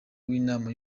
w’inama